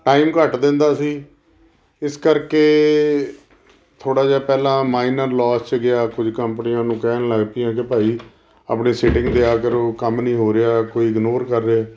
time ਘੱਟ ਦਿੰਦਾ ਸੀ ਇਸ ਕਰਕੇ ਥੋੜ੍ਹਾ ਜਿਹਾ ਪਹਿਲਾਂ ਮਾਈਨਰ ਲੋਸ 'ਚ ਗਿਆ ਕੁਝ ਕੰਪਨੀਆਂ ਨੂੰ ਕਹਿਣ ਲੱਗ ਪਈਆਂ ਕਿ ਭਾਈ ਆਪਣੀ ਸਿਟਿੰਗ ਦਿਆ ਕਰੋ ਕੰਮ ਨਹੀਂ ਹੋ ਰਿਹਾ ਕੋਈ ਇਗਨੋਰ ਕਰ ਰਹੇ